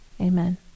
amen